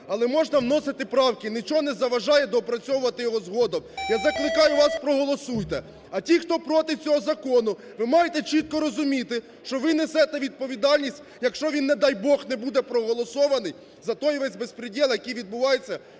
але можна вносити правки нічого не заважає доопрацьовувати його згодом. Я закликаю вас: проголосуйте. А ті, хто проти цього закону, ви маєте чітко розуміти, що ви несете відповідальність, якщо він, не дай Бог, не буде проголосований за той весь беспрєдєл, який відбувається